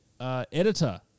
editor